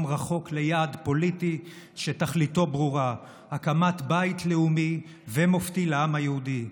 רחוק ליעד פוליטי שתכליתו ברורה: הקמת בית לאומי ומופתי לעם היהודי.